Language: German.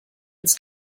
ins